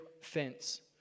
fence